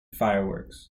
fireworks